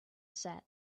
set